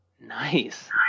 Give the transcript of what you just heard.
Nice